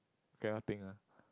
cannot think ah